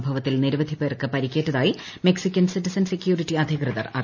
സംഭവത്തിൽ നിരവധിപ്പേർക്ക് പരിക്കേറ്റതായി മെക്സിക്കൻ സിറ്റിസൺ സെക്യൂരിറ്റി അധികൃതർ അറിയിച്ചു